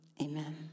amen